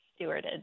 stewarded